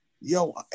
Yo